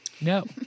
No